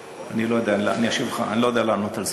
אני לא יודע לענות על זה.